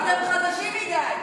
אתם חדשים מדי.